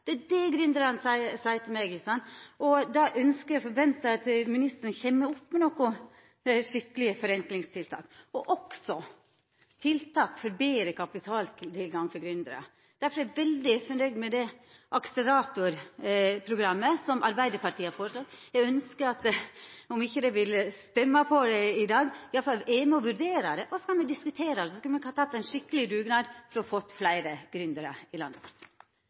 det er det gründerane seier til meg. Då ønskjer og forventar eg at ministeren kjem opp med nokre skikkelege forenklingstiltak – også tiltak for betre kapitaltilgang for gründerar. Derfor er eg veldig fornøgd med det akseratorprogrammet som Arbeidarpartiet har foreslått. Om ikkje de røystar for det i dag – for eg må vurdera det – så kan me diskutera det, og så kunne me teke ein skikkeleg dugnad for å få fleire gründerar i landet.